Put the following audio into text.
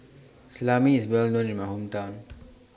Salami IS Well known in My Hometown